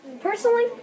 Personally